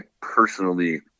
personally